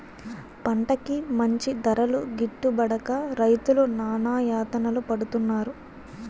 పంటకి మంచి ధరలు గిట్టుబడక రైతులు నానాయాతనలు పడుతున్నారు